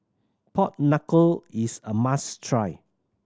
pork knuckle is a must try